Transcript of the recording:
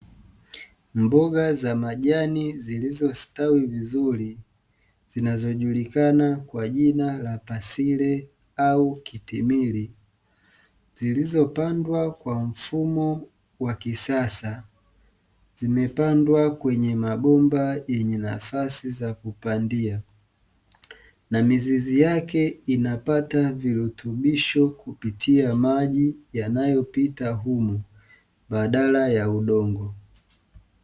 Mboga za majani zilizostawi vizuri zinazojulikana kwa jina la pasile au kitimili. Zilizopandwa kwa mfumo wa kisasa, zimepandwa kwenye mabomba yenye nafasi za kupandia. Na mizizi yake inapata virutubisho kupitia maji yanayopita humo, badala ya udongo.